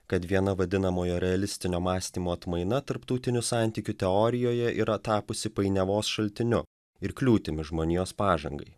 kad viena vadinamojo realistinio mąstymo atmaina tarptautinių santykių teorijoje yra tapusi painiavos šaltiniu ir kliūtimi žmonijos pažangai